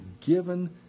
given